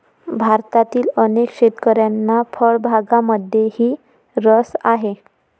भारतातील अनेक शेतकऱ्यांना फळबागांमध्येही रस आहे